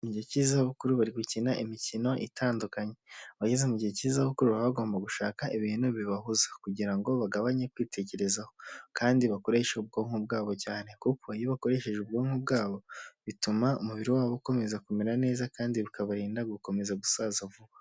Abageze mugihe cy'izabukuru bari gukina imikino itandukanye abageze mu gihe cyiza kuko baba bagomba gushaka ibintu bibahuza kugira ngo bagabanye kwitekerezaho kandi bakoreshe ubwonko bwabo cyane kuko iyo bakoresheje ubwonko bwabo bituma umubiri wabo ukomeza kumera neza kandi bikabarinda gukomeza gusaza vuba .